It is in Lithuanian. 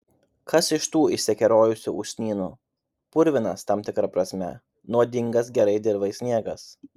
kas iš tų išsikerojusių usnynų purvinas tam tikra prasme nuodingas gerai dirvai sniegas